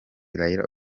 raila